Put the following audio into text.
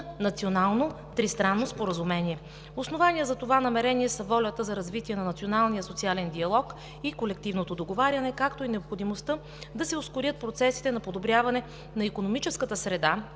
национално тристранно споразумение. Основание за това намерение са волята за развитие на националния социален диалог и колективното договаряне, както и необходимостта да се ускорят процесите на подобряване на икономическата среда